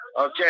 okay